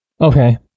Okay